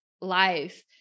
life